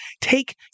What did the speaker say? take